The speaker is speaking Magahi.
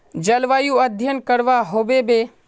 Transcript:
जलवायु अध्यन करवा होबे बे?